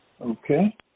Okay